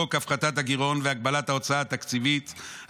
חוק הפחתת הגירעון והגבלת ההוצאה התקציבית,